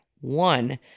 one